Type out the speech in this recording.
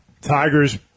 Tigers